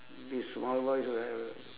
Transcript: this small boy should have a